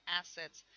assets